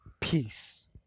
peace